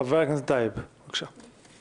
חבר הכנסת טייב, בבקשה.